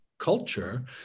culture